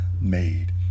made